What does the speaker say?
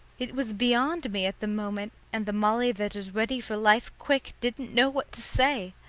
it was beyond me at the moment, and the molly that is ready for life quick didn't know what to say.